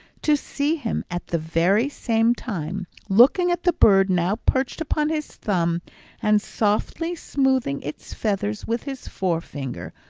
to see him at the very same time, looking at the bird now perched upon his thumb and softly smoothing its feathers with his forefinger,